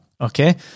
okay